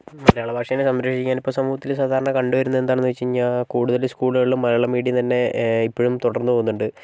മലയാള ഭാഷയെ സംരക്ഷിക്കാൻ ഇപ്പോൾ സമൂഹത്തിൽ സാധാരണ കണ്ടു വരുന്നത് എന്താണെന്ന് വെച്ച് കഴിഞ്ഞാൽ കൂടുതൽ സ്കൂളുകളിലും മലയാളം മീഡിയം തന്നെ ഇപ്പോഴും തുടർന്നു പോകുന്നുണ്ട്